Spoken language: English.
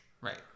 Right